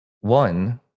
One